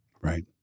Right